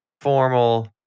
formal